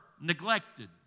neglected